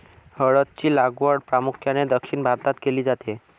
हळद ची लागवड प्रामुख्याने दक्षिण भारतात केली जाते